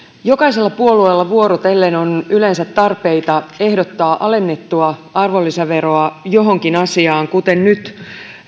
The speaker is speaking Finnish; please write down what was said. jokaisella puolueella vuorotellen on yleensä tarpeita ehdottaa alennettua arvonlisäveroa johonkin asiaan kuten nyt